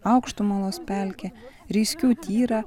aukštumalos pelkę reiskių tyrą